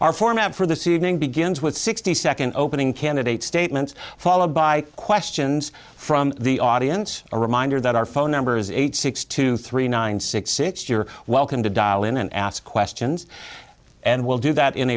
are format for this evening begins with sixty second opening candidates statements followed by questions from the audience a reminder that our phone number is eight six two three nine six six you're welcome to dial in and ask questions and we'll do that in